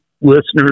listeners